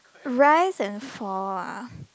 rise and fall ah